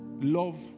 love